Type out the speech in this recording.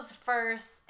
first